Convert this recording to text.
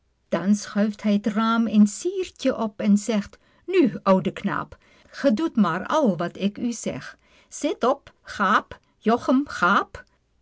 dan schuift hij t raam een ziertjen op en zegt nu oude knaap ge doet maar al wat ik u zeg zit op gaap jochem gaap